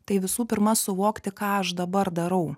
tai visų pirma suvokti ką aš dabar darau